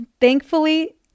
thankfully